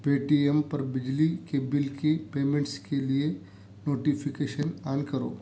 پے T M پر بجلی کے بل کی پیمنٹس کے لیے نوٹیفیکیشن آن کرو